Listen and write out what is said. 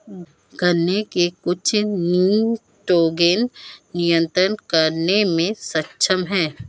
गन्ने की कुछ निटोगेन नियतन करने में सक्षम है